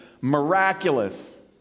miraculous